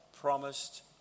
promised